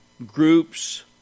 Groups